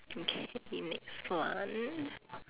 okay next one